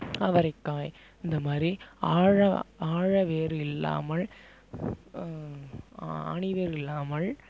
அவரைக்காய் இந்தமாதிரி ஆழ ஆழவேர் இல்லாமல் ஆணிவேர் இல்லாமல்